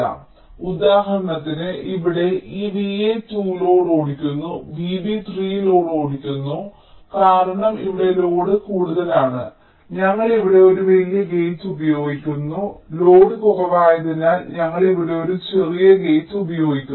അതിനാൽ ഉദാഹരണത്തിന് ഇവിടെ ഈ VA 2 ലോഡ് ഓടിക്കുന്നു VB 3 ലോഡ് ഓടിക്കുന്നു കാരണം ഇവിടെ ലോഡ് കൂടുതലാണ് ഞങ്ങൾ ഇവിടെ ഒരു വലിയ ഗേറ്റ് ഉപയോഗിക്കുന്നു ലോഡ് കുറവായതിനാൽ ഞങ്ങൾ ഇവിടെ ഒരു ചെറിയ ഗേറ്റ് ഉപയോഗിക്കുന്നു